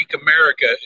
America